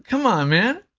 come on, man.